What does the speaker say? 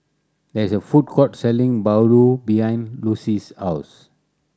there is a food court selling bahulu behind Lucie's house